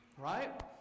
Right